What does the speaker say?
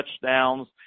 touchdowns